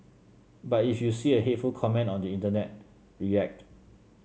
but if you see a hateful comment on the internet react